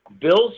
Bill's